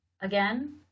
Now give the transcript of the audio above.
Again